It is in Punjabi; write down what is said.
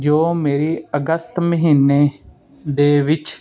ਜੋ ਮੇਰੀ ਅਗਸਤ ਮਹੀਨੇ ਦੇ ਵਿੱਚ